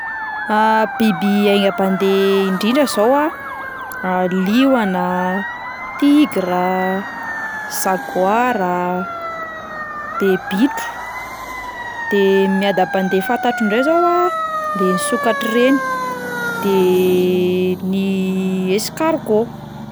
Biby haingam-pandeha indrindra zao a: liona, tigra, jaguar a, de bitro; de miadam-pandeha fantatro indray zao a: reny sokatra 'reny, de ny escargot.